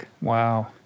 Wow